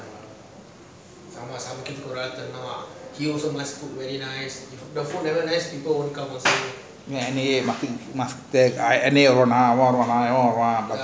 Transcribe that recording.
waste time lah ஆமா சமைக்கிறதுக்கு ஒரு அல்லு போடணும்:ama samaikirathuku oru allu podanum he must also he also must cook very nice the cook not nice people won't come also